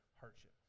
hardship